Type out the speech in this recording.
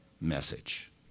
message